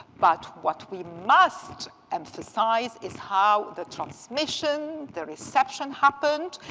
but what we must emphasize is how the transmission, the reception happened,